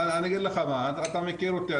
אני אגיד לך מה, אתה מכיר אותי,